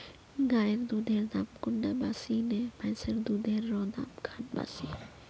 गायेर दुधेर दाम कुंडा बासी ने भैंसेर दुधेर र दाम खान बासी?